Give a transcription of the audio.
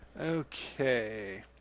Okay